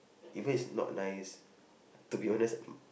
even if it's not nice to be honest